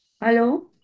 Hello